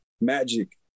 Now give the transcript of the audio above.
Magic